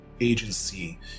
agency